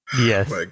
Yes